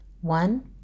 One